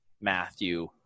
Matthew